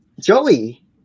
Joey